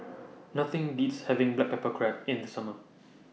Nothing Beats having Black Pepper Crab in The Summer